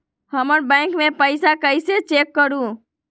हमर बैंक में पईसा कईसे चेक करु?